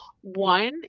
One